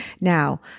now